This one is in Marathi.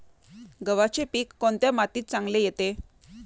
गव्हाचे पीक कोणत्या मातीत चांगले येते?